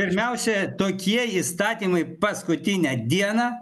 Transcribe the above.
pirmiausia tokie įstatymai paskutinę dieną